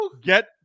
get